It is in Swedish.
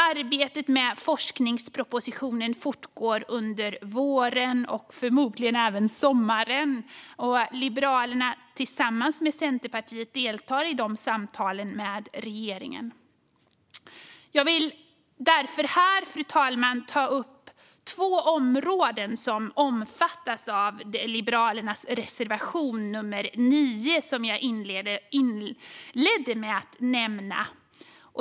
Arbetet med forskningspropositionen fortgår under våren och förmodligen även sommaren. Liberalerna tillsammans med Centerpartiet deltar i de samtalen med regeringen. Jag vill därför här, fru talman, ta upp två områden som omfattas av Liberalernas reservation nr 9, som jag inledde med att nämna.